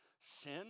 sin